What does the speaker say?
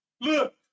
look